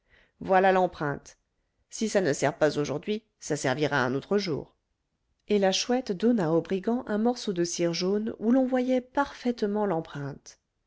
voilà l'empreinte si ça ne sert pas aujourd'hui ça servira un autre jour et la chouette donna au brigand un morceau de cire jaune où l'on voyait parfaitement l'empreinte